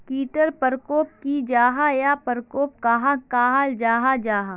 कीट टर परकोप की जाहा या परकोप कहाक कहाल जाहा जाहा?